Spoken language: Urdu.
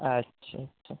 اچھا اچھا